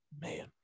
Man